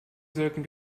sollten